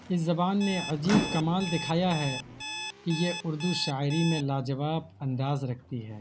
اس زبان نے عجیب کمال دکھایا ہے کہ یہ اردو شاعری میں لا جواب انداز رکھتی ہے